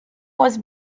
was